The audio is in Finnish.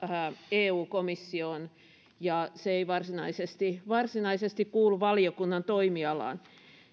eu komissioon ja se ei varsinaisesti varsinaisesti kuulu valiokunnan toimialaan